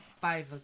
five